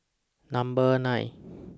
Number nine